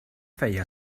feia